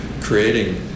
creating